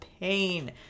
pain